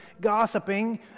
gossiping